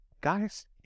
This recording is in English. guys